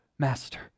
Master